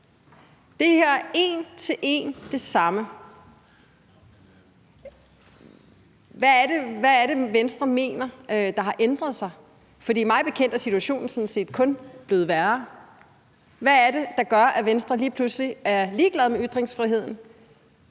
her er en til en det samme. Hvad er det, Venstre mener har ændret sig? For mig bekendt er situationen sådan set kun blevet værre. Hvad er det, der gør, at Venstre lige pludselig er ligeglade med ytringsfriheden?